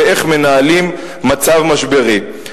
איך מנהלים מצב משברי.